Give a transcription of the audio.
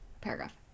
paragraph